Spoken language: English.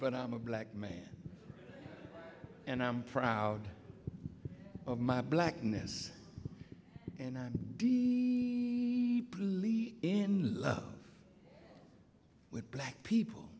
but i'm a black man and i'm proud of my blackness and i'm in love with black people